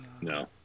No